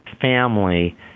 family